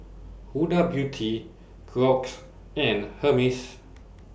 Huda Beauty Crocs and Hermes